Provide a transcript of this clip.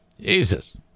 Jesus